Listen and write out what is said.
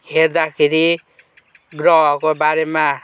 हेर्दाखेरि ग्रहहरूको बारेमा